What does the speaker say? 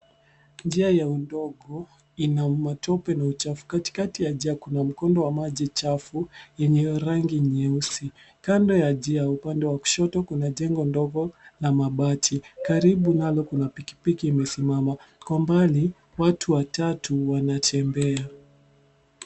Njia ya udongo ina umatope na uchafu. Katikati ya njia kuna mkondo wa maji chafu yenye rangi nyeusi. Kando ya njia upande wa kushoto kuna jengo ndogo la mabati. Karibu nalo kuna pikipiki imesimama. Kwa mbali watu watatu wanatembea.